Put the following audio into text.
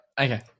okay